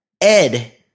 Ed